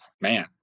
man